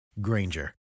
Granger